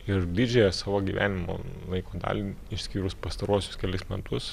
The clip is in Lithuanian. ir didžiąją savo gyvenimo laiko dalį išskyrus pastaruosius kelis metus